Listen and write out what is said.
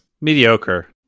mediocre